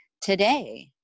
today